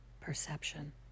perception